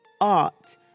art